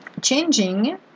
Changing